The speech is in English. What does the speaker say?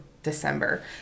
December